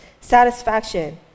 satisfaction